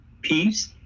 Peace